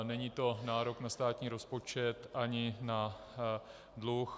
Není to nárok na státní rozpočet ani na dluh.